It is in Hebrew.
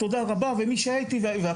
היא אמרה לי תודה רבה ומי שהיה איתה והכל,